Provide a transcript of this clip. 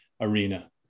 arena